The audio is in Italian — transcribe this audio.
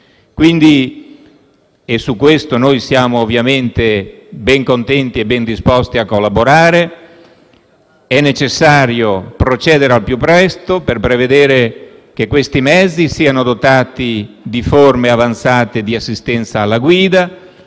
viaggio. Su questo siamo ben contenti e ben disposti a collaborare. È necessario procedere al più presto, per prevedere che questi mezzi siano dotati di forme avanzate di assistenza alla guida,